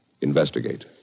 Investigate